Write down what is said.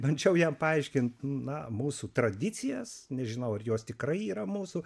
bandžiau jam paaiškint na mūsų tradicijas nežinau ar jos tikrai yra mūsų